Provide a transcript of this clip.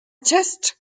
test